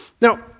Now